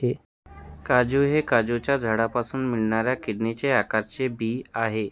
काजू हे काजूच्या झाडापासून मिळणाऱ्या किडनीच्या आकाराचे बी आहे